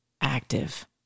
active